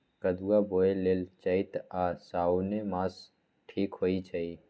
कदुआ बोए लेल चइत आ साओन मास ठीक होई छइ